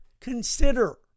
consider